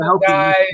guys